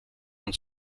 und